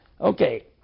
Okay